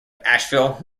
asheville